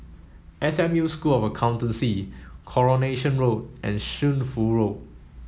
S M U School of Accountancy Coronation Road and Shunfu Road